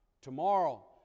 Tomorrow